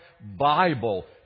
Bible